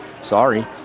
Sorry